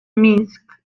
minsk